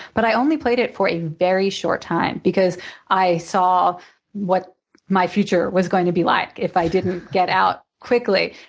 but i only played it for a very short time because i saw what my future was going to be like if i didn't get out quickly.